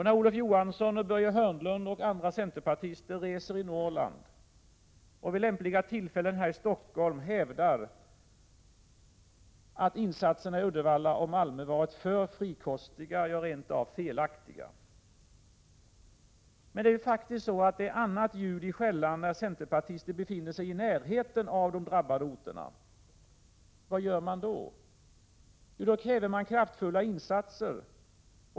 När Olof Johansson, Börje Hörnlund och andra centerpartis 157 ter reser i Norrland och uppträder vid lämpliga tillfällen här i Stockholm hävdar de att insatserna i Uddevalla och Malmö har varit för frikostiga och rent av felaktiga. Men det är faktiskt så att det är annat ljud i skällan när centerpartister befinner sig i närheten av de drabbade orterna. Vad gör man då? Jo, då kräver man kraftfulla insatser.